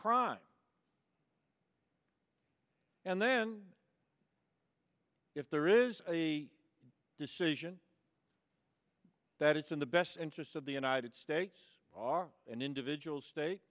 crime and then if there is a decision that it's in the best interests of the united states are an individual state